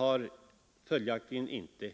I dessa bygder går det följaktligen inte